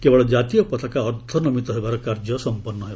କେବଳ ଜାତୀୟ ପତାକା ଅର୍ଦ୍ଧନମିତ ହେବାର କାର୍ଯ୍ୟ ସମ୍ପନ୍ନ ହେବ